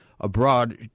abroad